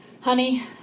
Honey